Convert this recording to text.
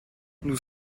nous